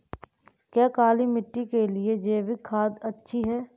क्या काली मिट्टी के लिए जैविक खाद अच्छी है?